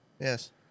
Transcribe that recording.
Yes